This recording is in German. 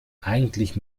eigentlich